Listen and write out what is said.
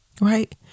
Right